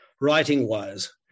writing-wise